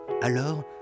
Alors